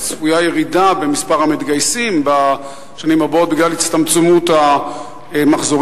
צפויה ירידה במספר המתגייסים בשנים הבאות בגלל הצטמצמות המחזורים,